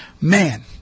man